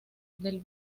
del